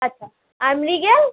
আচ্ছা আর মৃগেল